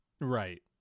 Right